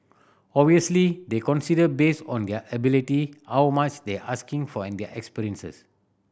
obviously they'll considered based on their ability how much they are asking for and their experience